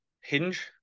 Hinge